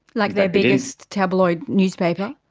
like their biggest tabloid newspaper?